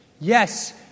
yes